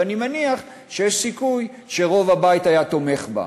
ואני מניח שיש סיכוי שרוב הבית היה תומך בה.